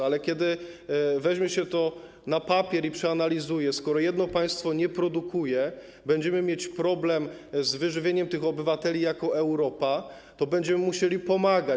Ale kiedy weźmie się to na papier i przeanalizuje, to widać, że skoro jedno państwo nie produkuje i będziemy mieć problem z wyżywieniem tych obywateli jako Europa, to będziemy musieli pomagać.